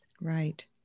Right